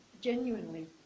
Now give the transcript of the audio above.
genuinely